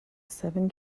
seven